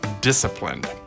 disciplined